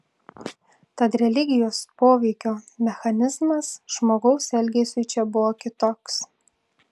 tad religijos poveikio mechanizmas žmogaus elgesiui čia buvo kitoks